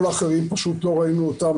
כל האחרים לא ראינו אותם.